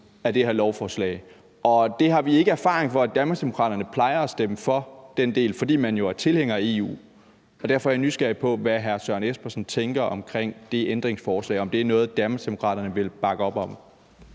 af det her lovforslag, og vi har ikke erfaring for, at Danmarksdemokraterne plejer at stemme for den del, fordi man jo er tilhængere af EU. Så derfor er jeg nysgerrig på, hvad hr. Søren Espersen tænker om det ændringsforslag. Er det noget, Danmarksdemokraterne vil bakke op om?